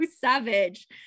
savage